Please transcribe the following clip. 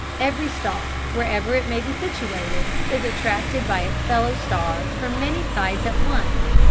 every star, wherever it may be situated, is attracted by its fellow-stars from many sides at once,